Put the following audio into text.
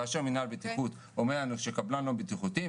כאשר מנהל בטיחות אומר לנו שקבלן לא בטיחותי,